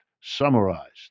summarized